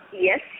Yes